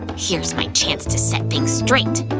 here's my chance to set things straight!